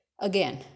again